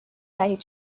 دهید